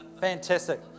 Fantastic